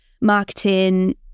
marketing